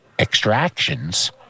extractions